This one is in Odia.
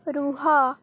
ରୁହ